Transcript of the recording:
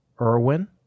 Irwin